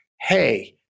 hey